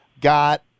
got